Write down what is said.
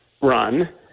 run